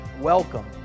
welcome